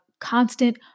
constant